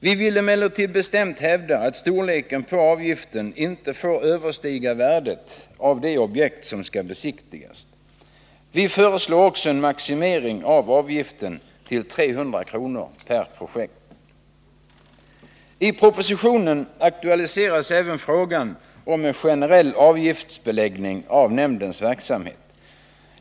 Vi vill emellertid bestämt hävda att storleken på avgiften inte får överstiga värdet av det objekt som skall besiktigas. Vi föreslår också en maximering av avgiften till 300 kr. per objekt. I propositionen aktualiseras även frågan om en generell avgiftsbeläggning av nämndens verksamhet.